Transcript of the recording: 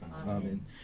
Amen